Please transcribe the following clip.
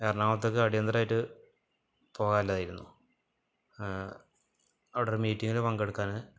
ഏറണാകുളത്തേക്ക് അടിയന്തരമായിട്ട് പോവാനുള്ളതായിരുന്നു അവിടൊരു മീറ്റിങ്ങിനു പങ്കെടുക്കാന്